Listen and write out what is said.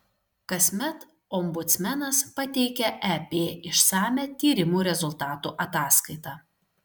kasmet ombudsmenas pateikia ep išsamią tyrimų rezultatų ataskaitą